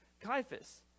Caiaphas